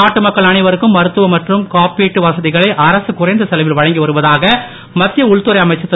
நாட்டு மக்கள் அனைவருக்கும் மருத்துவ மற்றும் காப்பீட்டு வசதிகளை அரசு குறைந்த செலவில் வழங்கி வருவதாக மத்திய உள்துறை அமைச்சர் திரு